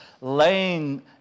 laying